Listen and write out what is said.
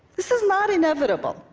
this is not inevitable,